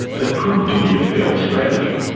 and it proved to be a failed strategy,